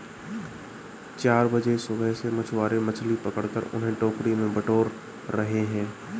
चार बजे सुबह से मछुआरे मछली पकड़कर उन्हें टोकरी में बटोर रहे हैं